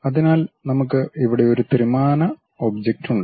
അതിനാൽ നമുക്ക് ഇവിടെ ഒരു ത്രിമാന ഒബ്ജക്റ്റ് ഉണ്ട്